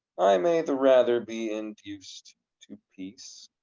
i may the rather be induced to peace.